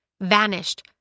vanished